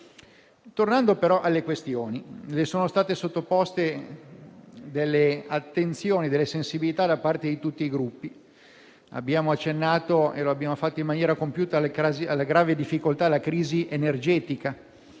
Tornando alle questioni, le sono state sottoposte attenzioni e sensibilità da parte di tutti i Gruppi. Abbiamo accennato - e lo abbiamo fatto in maniera compiuta - alle grave difficoltà relativa alla crisi energetica.